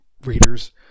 readers